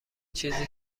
چیزی